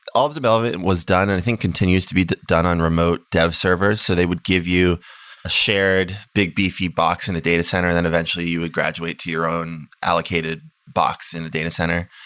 all the development and was done and i think continues to be done on remote dev server. so they would give you a shared big, beefy box in a data center, then eventually you would graduate to your own allocated box in the data center.